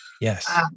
Yes